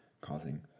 causing